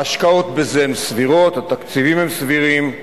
ההשקעות בזה הן סבירות, התקציבים הם סבירים,